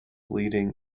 leading